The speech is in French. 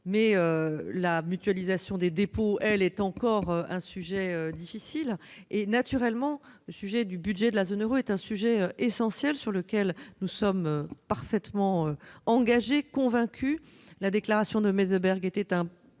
mais la mutualisation des dépôts reste un sujet difficile. Naturellement, le budget de la zone euro est un sujet essentiel, sur lequel nous sommes parfaitement engagés, convaincus. La déclaration de Meseberg était un